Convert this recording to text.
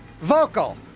Vocal